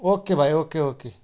okay भाइ okay okay